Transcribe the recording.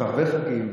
וערבי חגים.